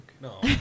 No